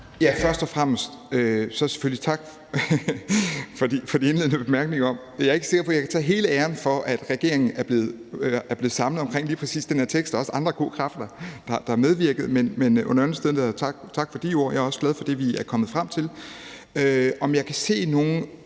Først og fremmest selvfølgelig tak for de indledende bemærkninger. Jeg er ikke sikker på, at jeg kan tage hele æren for, at regeringen er blevet samlet omkring lige præcis den her tekst, for der er også andre gode kræfter, der har medvirket, men under alle omstændigheder takker jeg for ordene. Jeg er også glad for det, vi er kommet frem til. Om jeg kan se nogle